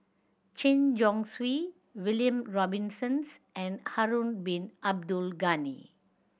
Chen Chong Swee William Robinson's and Harun Bin Abdul Ghani